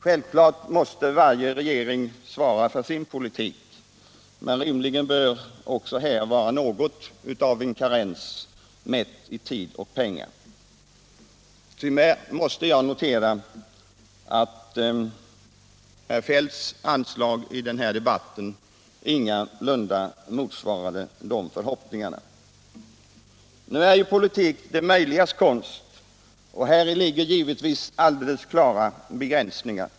Självfallet måste varje regering svara för sin politik, men rimligen bör också här vara en viss karens mätt i tid och pengar. Tyvärr måste jag notera att herr Feldts anslag i den här debatten ingalunda motsvarade de förhoppningarna. Nu är ju politik det möjligas konst och häri ligger givetvis alldeles klara begränsningar.